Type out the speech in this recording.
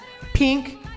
pink